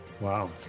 Wow